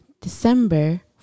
december